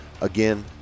Again